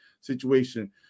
situation